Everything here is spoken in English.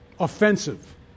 Offensive